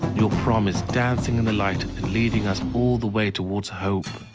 your prom is dancing in the light and leading us all the way towards hope.